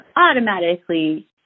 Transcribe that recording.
automatically